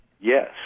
Yes